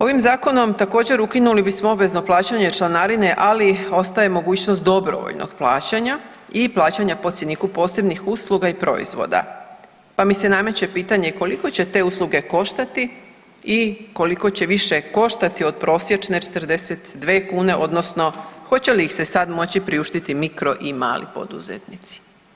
Ovim zakonom također ukinuli bismo obvezno plaćanje članarine, ali ostaje mogućnost dobrovoljnog plaća i plaćanja po cjeniku posebnih usluga i proizvoda, pa mi se nameće pitanje koliko će te usluge koštati i koliko će više koštati od prosječne 42 kune odnosno hoće li ih se sada moći priuštiti mikro i mali poduzetnici?